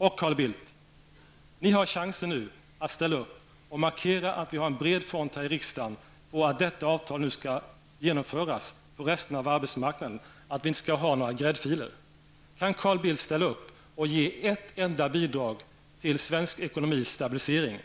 Nu har Carl Bildt chansen att ställa upp och markera att vi har en bred front i riksdagen för att detta avtal nu skall genomföras på resten av arbetsmarknaden, att vi inte skall ha några gräddfiler. Kan Carl Bildt ställa upp och ge ett enda bidrag till den svenska ekonomins stabilisering?